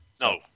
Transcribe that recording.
no